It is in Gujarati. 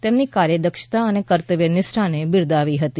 તેમની કાર્યક્ષમતા અને કર્તવ્યનિષ્ઠાને બિરદાવી હતી